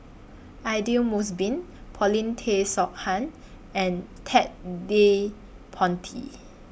Aidli Mosbit Paulin Tay and Ted De Ponti